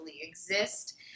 exist